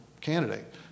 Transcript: candidate